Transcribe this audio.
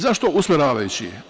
Zašto usmeravajući?